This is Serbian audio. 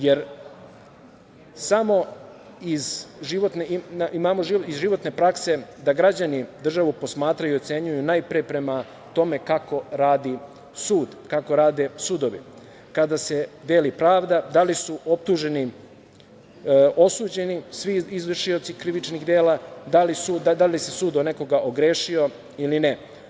Jer, imamo iz životne prakse da građani državu posmatraju i ocenjuju najpre prema tome kako radi sud, kako rade sudovi, kada se deli pravda da li su osuđeni svi izvršioci krivičnih dela, da li se sud o nekoga ogrešio ili ne.